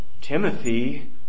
Timothy